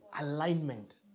Alignment